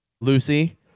Lucy